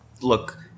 look